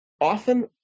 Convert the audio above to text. Often